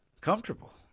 comfortable